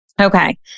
okay